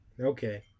Okay